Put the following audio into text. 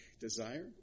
desire